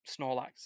Snorlax